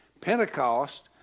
Pentecost